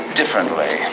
differently